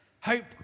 Hope